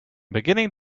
beginning